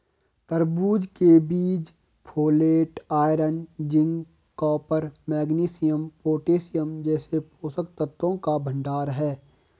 तरबूज के बीज folate, iron, zinc, copper, magnesium, potassium जैसे पोषक तत्वों का भंडार है